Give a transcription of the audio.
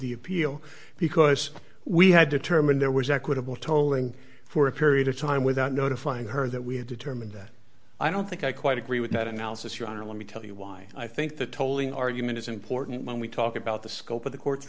the appeal because we had determined there was equitable tolling for a period of time without notifying her that we have determined that i don't think i quite agree with that analysis your honor let me tell you why i think the tolling argument is important when we talk about the scope of the court